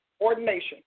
ordination